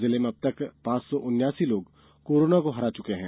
जिले में अब तक पांच सौ उन्यासी लोग कोरोना को हरा चुके हैं